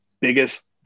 biggest